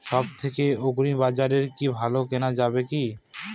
সব থেকে আগ্রিবাজারে কি ভালো কেনা যাবে কি?